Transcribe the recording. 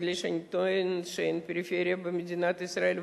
בגלל שאני טוענת שאין פריפריה במדינת ישראל,